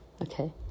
Okay